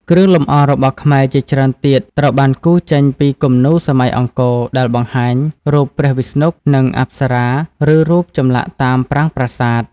គ្រឿងលម្អរបស់ខ្មែរជាច្រើនទៀតត្រូវបានគូរចេញពីគំនូរសម័យអង្គរដែលបង្ហាញរូបព្រះវិស្ណុ និងអប្សរាឬរូបចម្លាក់តាមប្រាង្គប្រាសាទ។